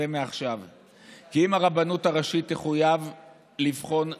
כי אם הרבנות הראשית תחויב לבחון נשים,